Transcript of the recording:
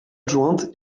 adjointe